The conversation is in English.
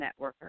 networker